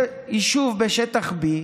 זה יישוב בשטח B,